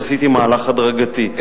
ואז עשיתי מהלך הדרגתי.